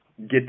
get